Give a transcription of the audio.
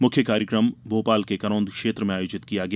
मुख्य कार्यकम भोपाल के करोंद क्षेत्र में आयोजित किया गया